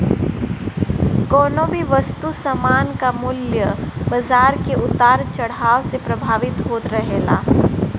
कवनो भी वस्तु सामान कअ मूल्य बाजार के उतार चढ़ाव से प्रभावित होत रहेला